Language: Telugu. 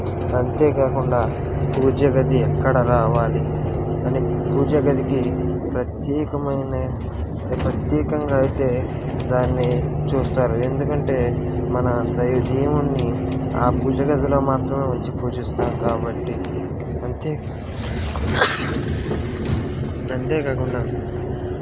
అంతే కాకుండా పూజగది ఎక్కడ రావాలి అని పూజ గదికి ప్రత్యేకమైన ఒక ప్రత్యేకంగా అయితే దాన్ని చూస్తారు ఎందుకంటే మన దైవ దేవుణ్ణి ఆ పూజ గదిలో మాత్రమే ఉంచి పూజిస్తాం కాబట్టి అంతే అంతే కాకుండా